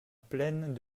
plaine